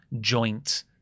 joint